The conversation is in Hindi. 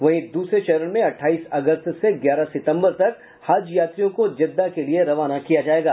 वहीं दूसरे चरण में अठाई अगस्त से ग्यारह सितम्बर तक हज यात्रियों को जेद्दाह के लिए रवाना किया जयेगा